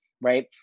right